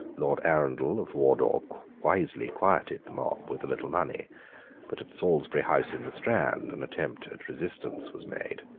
lord arundell of wardour wisely quieted the mob with a little money but at salisbury house in the strand an attempt at resistance was made.